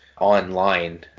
online